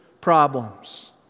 problems